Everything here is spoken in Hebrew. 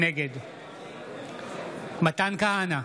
נגד מתן כהנא,